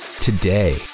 today